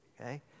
Okay